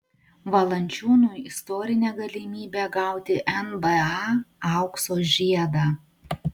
valančiūnui istorinė galimybė gauti nba aukso žiedą